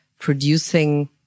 producing